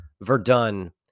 verdun